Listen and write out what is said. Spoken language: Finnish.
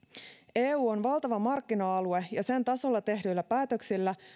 eu on valtava markkina alue ja sen tasolla tehdyillä päätöksillä